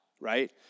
right